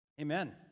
amen